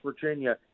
Virginia